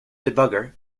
debugger